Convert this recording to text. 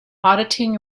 auditing